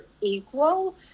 equal